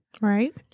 Right